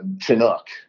chinook